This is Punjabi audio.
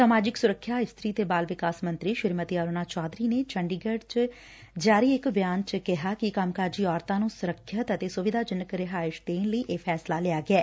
ਸਮਾਜਿਕ ਸੁਰੱਖਿਆ ਇਸਤਰੀ ਤੇ ਬਾਲ ਵਿਕਾਸ ਮੰਤਰੀ ਸ੍ਰੀਮਤੀ ਅਰੁਣਾ ਚੌਧਰੀ ਨੇ ਚੰਡੀਗੜ ਚ ਜਾਰੀ ਇਕ ਬਿਆਨ ਚ ਕਿਹਾ ਕਿ ਕੰਮ ਕਾਜੀ ਔਰਤਾ ਨੂੰ ਸੁਰੱਖਿਅਤ ਅਤੇ ਸੁਵਿਧਾਜਨਕ ਰਿਹਾਇਸ਼ ਦੇਣ ਲਈ ਇਹ ਫੈਸਲਾ ਲਿਆ ਗਿਐ